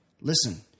listen